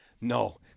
No